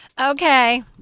Okay